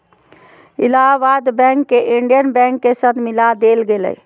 Allahabad bank के Indian bank के साथ मिला देल गेले